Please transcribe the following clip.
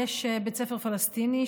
יש בית ספר פלסטיני,